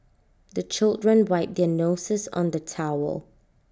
the children wipe their noses on the towel